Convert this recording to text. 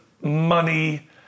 money